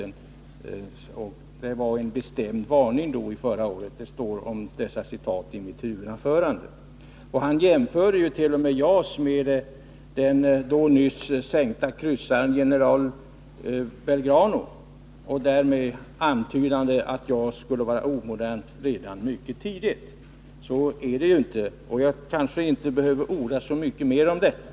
Av dessa citat, som återfinns i mitt huvudanförande, framgår att Olof Palme förra året bl.a. uttalade en bestämd varning. Han jämförde t.o.m. JAS med den då nyligen sänkta kryssaren General Belgrano, därmed antydande att JAS skulle vara omodernt redan mycket tidigt. Så är inte fallet. Jag behöver kanske inte orda så mycket mer om detta.